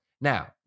Now